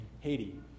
Haiti